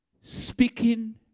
Speaking